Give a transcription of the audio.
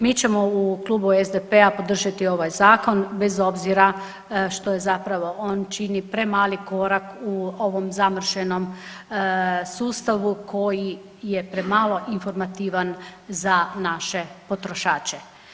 Mi ćemo u Klubu SDP-a podržati ovaj Zakon bez obzira što je zapravo on čini premali korak u ovom zamršenom sustavu koji je premalo informativan za naše potrošače.